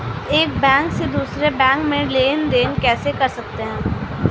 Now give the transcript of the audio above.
एक बैंक से दूसरे बैंक में लेनदेन कैसे कर सकते हैं?